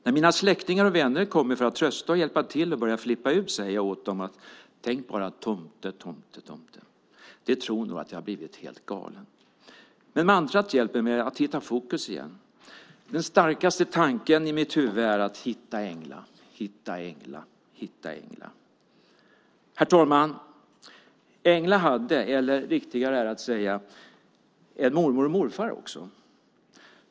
När mina släktingar och vänner kommer för att trösta och hjälpa till och börjar flippa ut säger jag åt dem att bara tänka tomte, tomte, tomte. De tror nog att jag blivit helt galen. Men mantrat hjälper mig att hitta fokus igen. Den starkaste tanken i mitt huvud är: Hitta Engla, hitta Engla, hitta Engla. Herr talman! Engla hade, eller riktigare är att säga har , en mormor och morfar också.